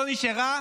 לא נשארה